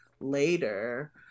later